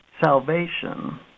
salvation